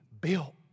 built